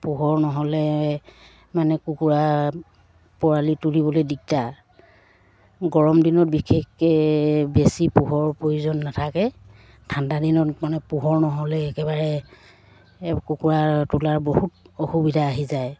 পোহৰ নহ'লে মানে কুকুৰা পোৱালি তুলিবলৈ দিগদাৰ গৰমদিনত বিশেষকৈ বেছি পোহৰৰ প্ৰয়োজন নাথাকে ঠাণ্ডাদিনত মানে পোহৰ নহ'লে একেবাৰে কুকুৰা তোলাৰ বহুত অসুবিধা আহি যায়